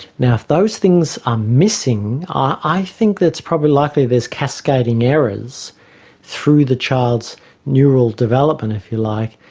now, if those things are missing i think it's probably likely there's cascading errors through the child's neural development, if you like,